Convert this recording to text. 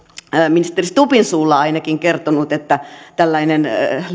ministeri stubbin suulla ainakin kertonut että tällainen